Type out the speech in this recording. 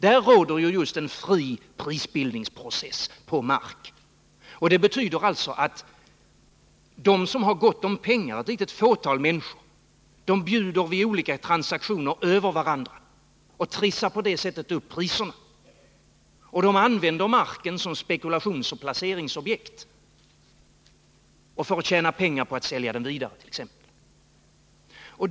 Där fortgår just en fri prisbildningsprocess när det gäller mark. Det betyder att de som har gott om pengar — ett litet fåtal människor — vid olika transaktioner bjuder över varandra och på det sättet trissar upp priserna. De använder marken som spekulationsoch placeringsobjekt, för att tjäna pengar på att t.ex. sälja den vidare.